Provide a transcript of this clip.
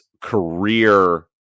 career